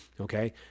okay